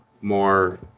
more